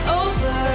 over